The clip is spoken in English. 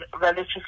relatively